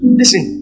listen